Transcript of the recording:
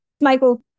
Michael